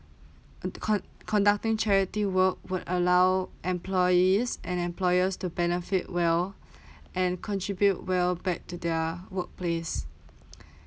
con~ conducting charity work will allow employees and employers to benefit well and contribute well back to their workplace